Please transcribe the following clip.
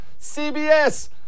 CBS